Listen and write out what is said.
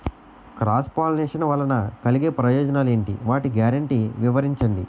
Cross pollination వలన కలిగే ప్రయోజనాలు ఎంటి? వాటి గ్యారంటీ వివరించండి?